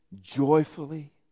joyfully